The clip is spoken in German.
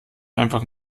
einfach